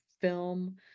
film